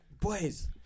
boys